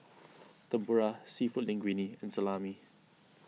Tempura Seafood Linguine and Salami